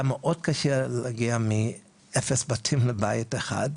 היה מאוד קשה להגיע מאפס בתים לבית אחד,